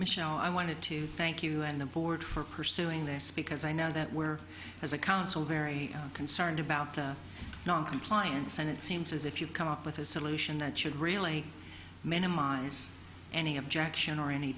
michel i wanted to thank you and the board for pursuing this because i know that we're as a council very concerned about noncompliance and it seems as if you've come up with a solution that should really minimize any objection or any